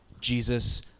Jesus